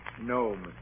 No